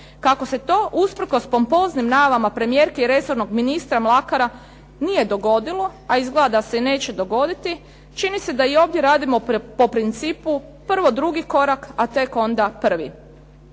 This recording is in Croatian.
Kako se tu usprkos pompoznim najavama premijerke i resornog ministra Mlakara nije dogodilo, a izgleda da se i neće dogoditi, čini se da i ovdje radimo po principu prvo drugi korak, a tek onda prvi.